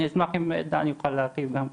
אני אשמח אם דן יוכל להרחיב גם כן,